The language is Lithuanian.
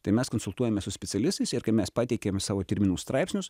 tai mes konsultuojamės su specialistais ir kai mes pateikėm savo terminų straipsnius